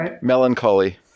melancholy